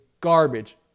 garbage